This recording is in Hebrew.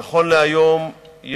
נכון להיום,